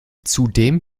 zudem